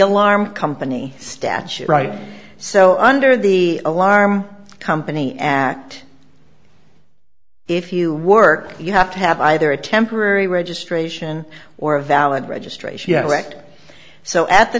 alarm company statute right so under the alarm company act if you work you have to have either a temporary registration or a valid registration act so at the